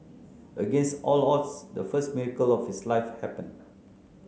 against all odds the first miracle of his life happened